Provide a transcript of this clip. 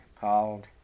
called